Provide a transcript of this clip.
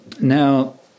Now